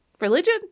Religion